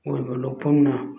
ꯑꯣꯏꯕ ꯂꯧꯐꯝꯅ